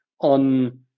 on